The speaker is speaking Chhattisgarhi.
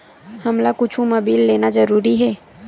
हमला कुछु मा बिल लेना जरूरी हे?